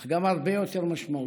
אך גם הרבה יותר משמעותי.